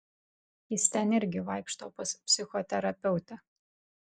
jis ten irgi vaikšto pas psichoterapeutę